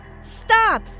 Stop